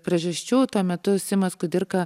priežasčių tuo metu simas kudirka